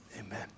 amen